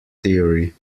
theory